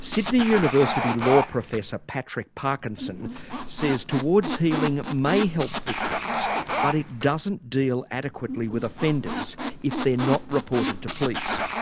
sydney university law professor patrick parkinson says towards healing may help victims but it doesn't deal adequately with offenders if they're not reported to police.